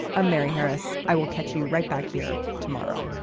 i'm mary harris. i will catch you right back here tomorrow